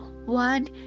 One